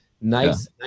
nice